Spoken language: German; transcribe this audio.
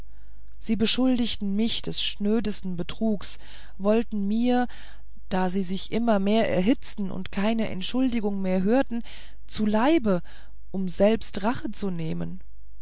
sie beschuldigten mich des schnödesten betruges und wollten mir da sie sich immer mehr erhitzten und keine entschuldigung mehr hörten zu leibe um selbst rache zu nehmen